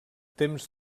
temps